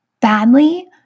badly